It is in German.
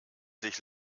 sich